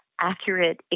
accurate